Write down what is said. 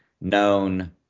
known